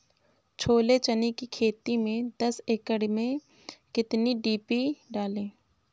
छोले चने की खेती में दस एकड़ में कितनी डी.पी डालें?